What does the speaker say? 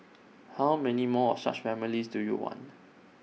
how many more of such families do you want